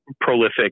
prolific